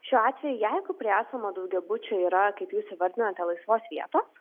šiuo atveju jeigu prie esamų daugiabučių yra kaip jūs įvardinote laisvos vietos